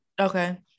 Okay